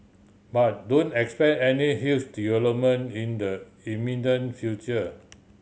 but don't expect any huge development in the imminent future